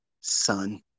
son